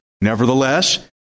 Nevertheless